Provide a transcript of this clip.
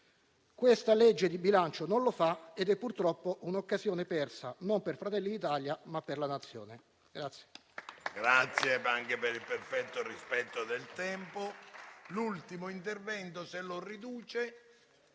di legge di bilancio non lo fa ed è purtroppo un'occasione persa, non per Fratelli d'Italia, ma per la Nazione.